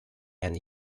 and